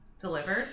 Delivered